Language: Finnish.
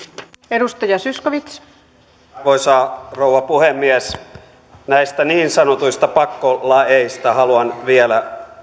arvoisa rouva puhemies näistä niin sanotuista pakkolaeista haluan vielä